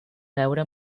veure